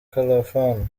khalfan